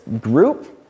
group